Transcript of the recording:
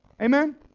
Amen